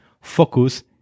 focus